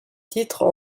titre